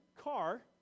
car